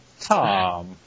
Tom